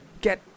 Get